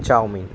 chowmein